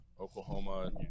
Oklahoma